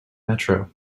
metro